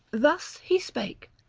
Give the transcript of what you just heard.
thus he spake,